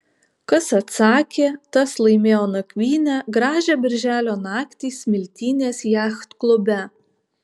kas atsakė tas laimėjo nakvynę gražią birželio naktį smiltynės jachtklube